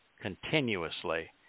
continuously